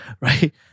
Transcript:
right